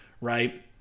right